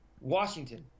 Washington